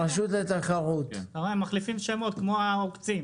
הם מחליפים שמות כמו העוקצים.